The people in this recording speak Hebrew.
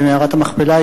במערת המכפלה,